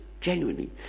genuinely